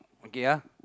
okay ah